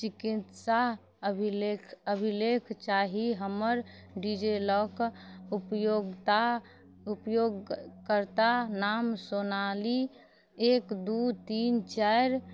चिकित्सा अभिलेख अभिलेख चाही हमर डिजीलॉक उपयोगिता उपयोगकर्ता नाम सोनाली एक दू तीन चारि